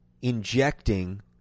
injecting